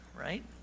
right